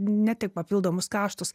ne tik papildomus kaštus